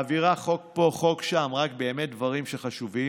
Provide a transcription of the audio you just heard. מעבירה חוק פה, חוק שם, רק באמת דברים שחשובים,